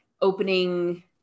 opening